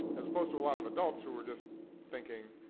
as opposed to a lot of adults who were just thinking,